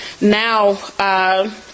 now